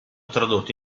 tradotto